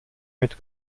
mit